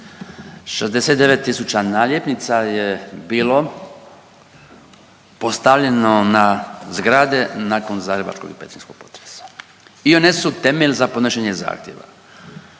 69 tisuća naljepnica je bilo postavljeno na zgrade nakon zagrebačkog i petrinjskog potresa i one su temelj za podnošenje zahtjeva.